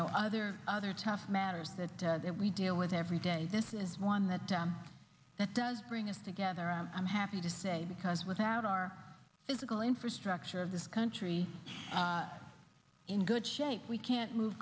know other other tough matters that we deal with every day this is one the time that does bring us together i'm happy to say because without our physical infrastructure of this country in good shape we can't move